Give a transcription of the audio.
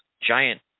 giant